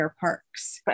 Parks